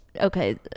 okay